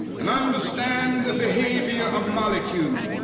and understand the behavior of molecules